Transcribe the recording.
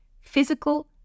physical